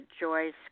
Joyce